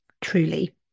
truly